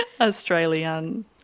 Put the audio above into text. Australian